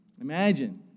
Imagine